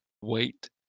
wait